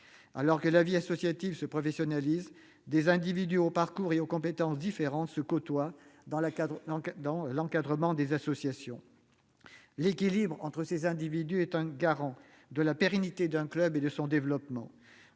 Alors que la vie associative se professionnalise, des individus aux parcours et aux compétences différents se côtoient dans l'encadrement des associations sportives. L'équilibre entre ces individus est un garant de la pérennité d'un club et de son développement.